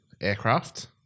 Aircraft